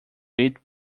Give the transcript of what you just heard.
eat